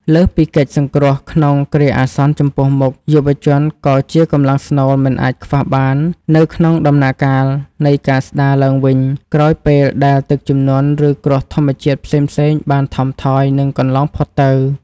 លើសពីកិច្ចសង្គ្រោះក្នុងគ្រាអាសន្នចំពោះមុខ យុវជនក៏ជាកម្លាំងស្នូលមិនអាចខ្វះបាននៅក្នុងដំណាក់កាលនៃការស្ដារឡើងវិញ ក្រោយពេលដែលទឹកជំនន់ ឬគ្រោះធម្មជាតិផ្សេងៗបានថមថយ និងកន្លងផុតទៅ។